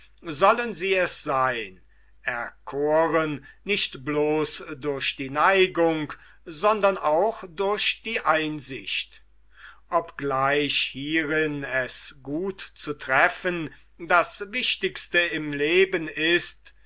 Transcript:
sollen sie es seyn erkohren nicht bloß durch die neigung sondern auch durch die einsicht obgleich hierin es gut zu treffen das wichtigste im leben ist